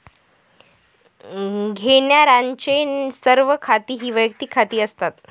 घेण्यारांचे सर्व खाती ही वैयक्तिक खाती असतात